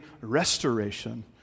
restoration